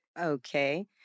Okay